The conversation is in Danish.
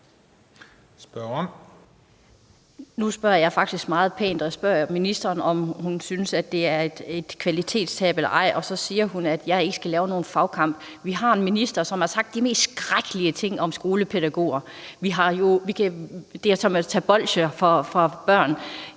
Nu spørger jeg faktisk meget pænt, om ministeren synes, at det er et kvalitetstab eller ej, og så siger hun, at jeg ikke skal lave nogen fagkamp. Vi har en minister, som har sagt de mest skrækkelige ting om skolepædagoger. Det er som at tage bolsjer fra børn